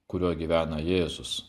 kuriuo gyvena jėzus